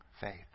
faith